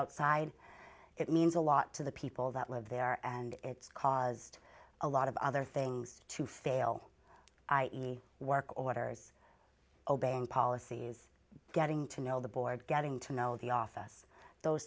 outside it means a lot to the people that live there and it's caused a lot of other things to fail i e work orders obeying policies getting to know the board getting to know the office those